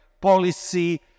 policy